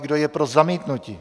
Kdo je pro zamítnutí?